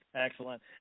Excellent